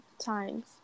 times